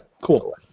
cool